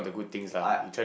I